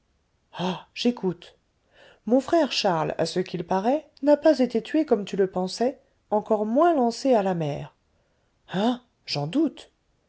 ah j'écoute mon frère charles à ce qu'il paraît n'a pas été tué comme tu le pensais encore moins lancé à la mer hein j'en doute